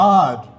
God